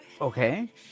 Okay